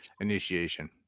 initiation